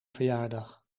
verjaardag